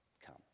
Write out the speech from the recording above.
Come